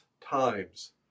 times